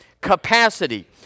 Capacity